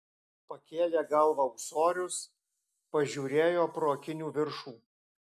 pakėlė galvą ūsorius pažiūrėjo pro akinių viršų